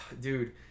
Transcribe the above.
dude